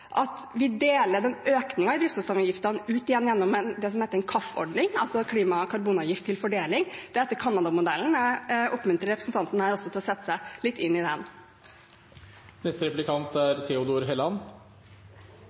at vi deler økningen i drivstoffavgiftene ut gjennom det som heter en KAF-ordning, altså en klima- og karbonavgift til fordeling, etter Canada-modellen. Jeg oppmuntrer representanten til å sette seg litt inn i den.